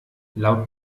laut